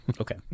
okay